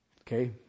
Okay